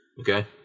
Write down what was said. Okay